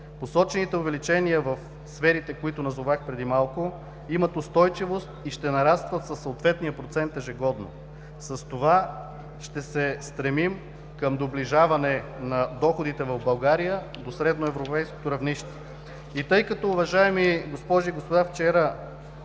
Посочените увеличения в сферите, които назовах преди малко, имат устойчивост и ще нарастват със съответния процент ежегодно. С това ще се стремим към доближаване на доходите в България до средноевропейското равнище. И тъй като, уважаеми госпожи и господа, вчера